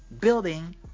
building